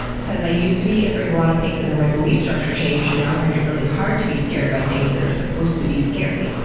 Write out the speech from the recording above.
says, i used to be afraid of a lot of things and then my belief structure changed, and now i find it really hard to be scared by things that are supposed to be scary.